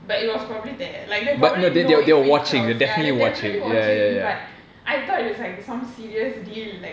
but it was probably there like they'll probably know if we cross ya they were definitely watching but I thought it was like some serious deal like